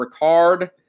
Ricard